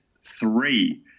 three